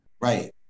right